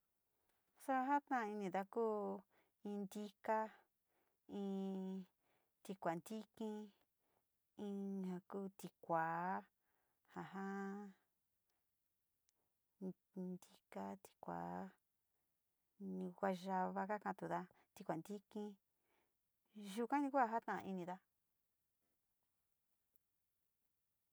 Su jatainida kuu in tika, in tikua ntiki, in ja ku tikua jajaa, in tika, tikua, in guayaba katudaa, tikua ntiki, yukani ku jata´ainida.